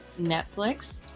Netflix